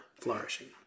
flourishing